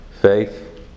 faith